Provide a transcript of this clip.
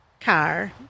car